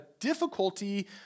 difficulty